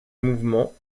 mouvement